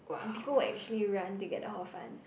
and people will actually run to get the hor fun